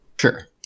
Sure